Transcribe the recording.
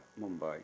Mumbai